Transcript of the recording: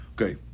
Okay